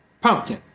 pumpkin